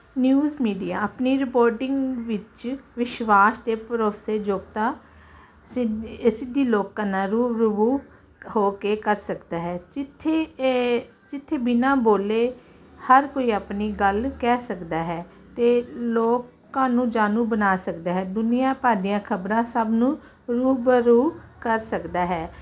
news media ਆਪਣੀ reporting ਵਿੱਚ ਵਿਸ਼ਵਾਸ ਦੇ ਭਰੋਸੇ ਯੋਗਤਾ ਸਿਧ ਸਿੱਧੀ ਲੋਕਾਂ ਨਾਲ ਰੂਬਰੂ ਹੋ ਕੇ ਕਰ ਸਕਦਾ ਹੈ ਜਿੱਥੇ ਜਿੱਥੇ ਬਿਨਾਂ ਬੋਲੇ ਹਰ ਕੋਈ ਆਪਣੀ ਗੱਲ ਕਹਿ ਸਕਦਾ ਹੈ ਤੇ ਲੋਕਾਂ ਨੂੰ ਜਾਨੂ ਬਣਾ ਸਕਦਾ ਹੈ ਦੁਨੀਆ ਭਰ ਦੀਆਂ ਖਬਰਾਂ ਸਭ ਨੂੰ ਰੂਬਰੂ ਕਰ ਸਕਦਾ ਹੈ